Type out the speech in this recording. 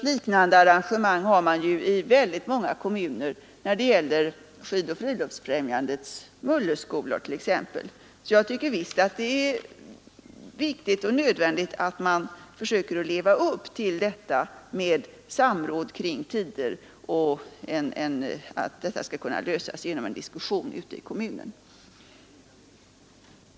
Liknande arrangemang har man ju i många kommuner när det gäller Skidoch friluftsfrämjandets Mulleskolor t.ex. Så jag tycker visst att det är viktigt och nödvändigt att man försöker leva upp till detta med samråd kring tider och att problem skall kunna lösas genom en diskussion ute i kommunen.